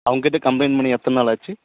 அவங்கக் கிட்ட கம்ப்ளைண்ட் பண்ணி எத்தனை நாள் ஆச்சு